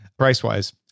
Price-wise